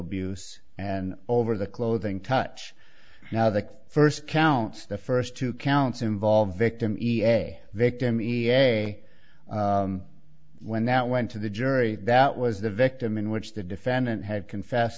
abuse and over the clothing touch now the first counts the first two counts involving a victim e t a when that went to the jury that was the victim in which the defendant had confess